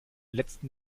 letzten